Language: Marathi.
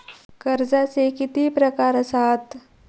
कर्जाचे किती प्रकार असात?